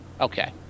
Okay